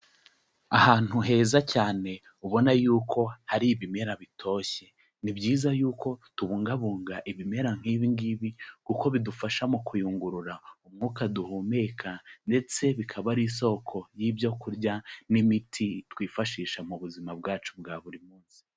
Ahantu heza cyane ubona y'uko hari ibimera bitoshye. Ni byiza y'uko tubungabunga ibimera nk'ibi ingibi, kuko bidufasha mu kuyungurura umwuka duhumeka ndetse bikaba ari isoko y'ibyo kurya n'imiti twifashisha mu buzima bwacu bwa buri munsi.